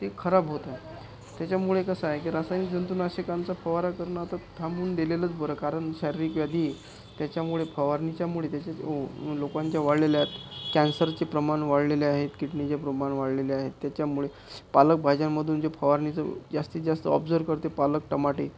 तो खराब होत आहे त्याच्यामुळे कसं आहे की रासायनिक जंतुनाशकांचा फवारा करणं आता थांबवून दिलेलंच बरं कारण शारीरिक व्याधी त्याच्यामुळे फवारणीच्यामुळे त्याच्या लोकांच्या वाढलेल्या आहेत कॅन्सरचे प्रमाण वाढलेले आहेत किडनीचे प्रमाण वाढलेले आहे त्याच्यामुळे पालक भाज्यामधून जे फवारणीचे जास्तीतजास्त ऑबझव करते पालक टमाटे